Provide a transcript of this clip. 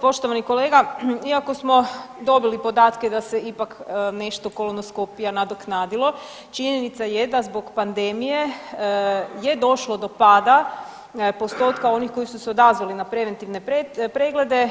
Poštovani kolega iako smo dobili podatke da se ipak nešto kolonoskopija nadoknadilo, činjenica je da zbog pandemije je došlo do pada postotka onih koji su se odazvali na preventivne preglede